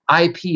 IP